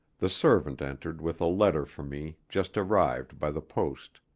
the servant entered with a letter for me just arrived by the post.